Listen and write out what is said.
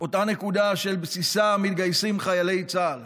בסיסה מתגייסים חיילי צה"ל,